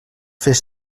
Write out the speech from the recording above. fes